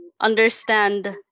understand